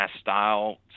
style